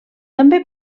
també